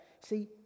see